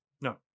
No